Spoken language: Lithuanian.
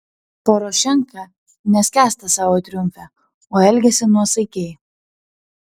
porošenka neskęsta savo triumfe o elgiasi nuosaikiai